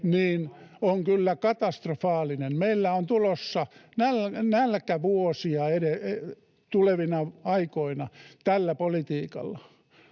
on kyllä katastrofaalinen. Meille on tulossa nälkävuosia tulevina aikoina tällä politiikalla.